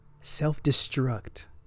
self-destruct